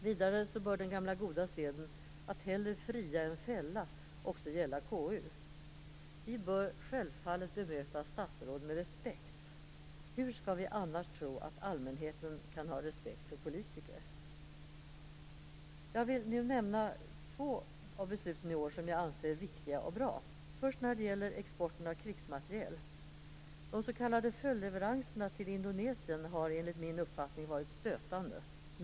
Vidare bör den gamla goda seden att hellre fria än fälla också gälla KU. Vi bör självfallet bemöta statsråd med stor respekt. Hur skall vi annars tro att allmänheten kan ha respekt för politiker? Jag vill nämna två av besluten i år som jag anser viktiga och bra, först beslutet om exporten av krigsmateriel. De s.k. följdleveranserna till Indonesien har enligt min uppfattning varit stötande.